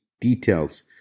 details